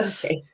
Okay